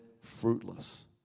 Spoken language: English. fruitless